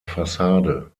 fassade